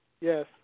Yes